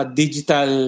digital